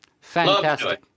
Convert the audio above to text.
Fantastic